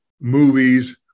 movies